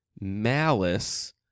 malice